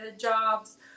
jobs